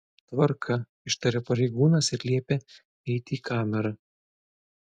tvarka ištaria pareigūnas ir liepia eiti į kamerą